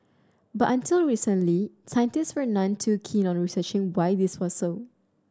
but until recently scientists were none too keen on researching why this was so